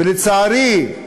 ולצערי,